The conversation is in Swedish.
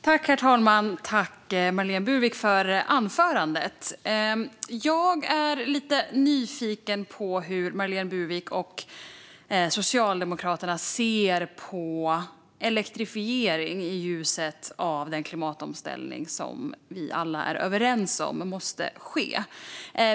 Herr talman! Tack, Marlene Burwick, för anförandet! Jag är lite nyfiken på hur Marlene Burwick och Socialdemokraterna ser på elektrifiering i ljuset av den klimatomställning som vi alla är överens om måste ske.